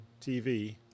TV